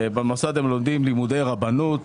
במוסד הם לומדים לימודי רבנות,